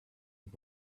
and